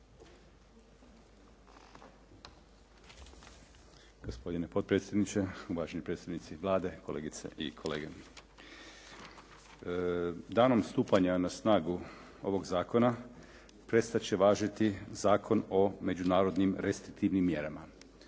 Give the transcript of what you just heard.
Gospodine potpredsjedniče, uvaženi predstavnici Vlade, kolegice i kolege. Danom stupanja na snagu ovog zakona prestat će važiti Zakon o međunarodnim restriktivnim mjerama.